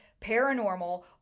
paranormal